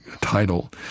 title